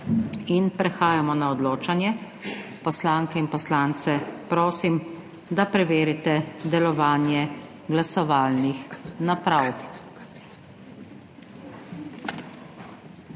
In prehajamo na odločanje. Poslanke in poslance prosim, da preverite delovanje glasovalnih naprav.